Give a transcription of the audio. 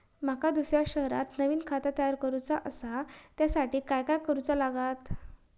माका दुसऱ्या शहरात नवीन खाता तयार करूचा असा त्याच्यासाठी काय काय करू चा लागात?